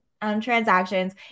transactions